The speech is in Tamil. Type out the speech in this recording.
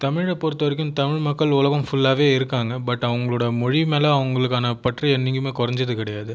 தமிழை பொறுத்தவரைக்கும் தமிழ் மக்கள் உலகம் ஃபுல்லாகவே இருக்காங்க பட் அவர்களோட மொழி மேலே அவர்களுக்கான பற்றி என்றைக்குமே குறைஞ்சது கிடையாது